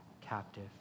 captive